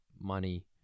money